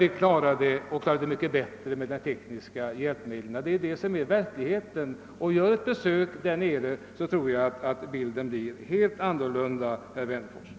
Vi klarar dock proble met mycket bättre med de tekniska hjälpmedlen. Detta är det verkliga förhållandet. Gör ett besök på Centralen, herr Wennerfors, och jag tror att Ni får en helt annan uppfattning.